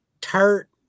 tart